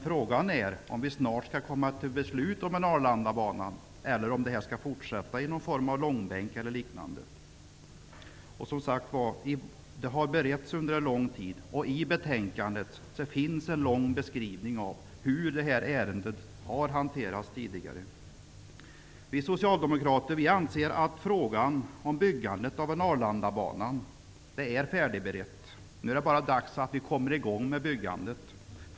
Frågan är om vi snart skall komma till beslut om en Arlandabana, eller om behandlingen av ärendet skall fortsätta i form av långbänk eller liknande. Ärendet har alltså beretts under lång tid, och i betänkandet finns en lång beskrivning av hur det har hanterats tidigare. Vi socialdemokrater anser att frågan om byggandet av en Arlandabana är färdigberedd. Det är dags att komma i gång med byggandet.